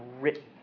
written